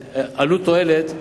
ועלות-תועלת,